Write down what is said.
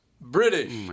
British